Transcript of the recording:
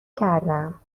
کردم